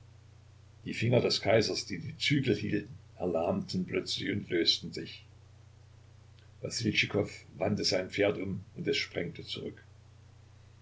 die finger des kaisers die die zügel hielten erlahmten plötzlich und lösten sich wassiltschikow wandte sein pferd um und es sprengte zurück